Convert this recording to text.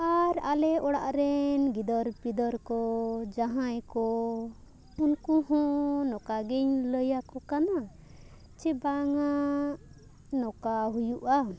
ᱟᱨ ᱟᱞᱮ ᱚᱲᱟᱜ ᱨᱮᱱ ᱜᱤᱫᱟᱹᱨ ᱯᱤᱫᱟᱹᱨ ᱠᱚ ᱡᱟᱦᱟᱸᱭ ᱠᱚ ᱩᱱᱠᱩ ᱦᱚᱸ ᱱᱚᱝᱠᱟ ᱜᱤᱧ ᱞᱟᱹᱭ ᱟᱠᱚ ᱠᱟᱱᱟ ᱡᱮ ᱵᱟᱝᱼᱟ ᱱᱚᱝᱠᱟ ᱦᱩᱭᱩᱜᱼᱟ